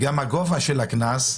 גובה הקנס,